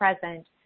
present